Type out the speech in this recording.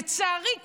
לצערי,